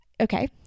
Okay